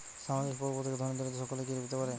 সামাজিক প্রকল্প থেকে ধনী দরিদ্র সকলে কি পেতে পারে?